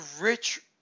rich